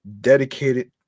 dedicated